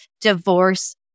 Divorce